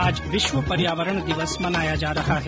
आज विश्व पर्यावरण दिवस मनाया जा रहा है